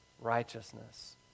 righteousness